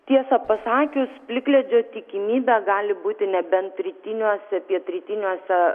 tiesą pasakius plikledžio tikimybė gali būti nebent rytiniuose pietrytiniuose